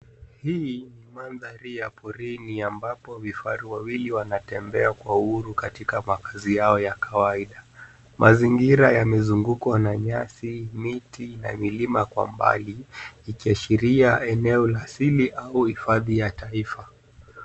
Hii ni madhari ya porini ambapo vifaru wawili wanatembea kwa uhuru katika makazi yao ya kawaida. Mazingira yamezungukwa na nyasi, miti na milima kwa mbali ikiashiria eneo la asili au hifadhi ya taifa.